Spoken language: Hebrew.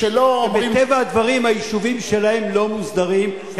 שמטבע הדברים היישובים שלהם לא מוסדרים.